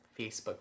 facebook